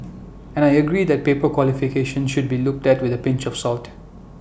and I agree that paper qualifications should be looked at with A pinch of salt